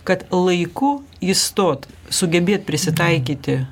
kad laiku įstot sugebėt prisitaikyti